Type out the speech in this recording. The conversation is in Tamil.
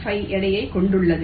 5 எடையைக் கொண்டுள்ளன